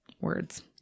words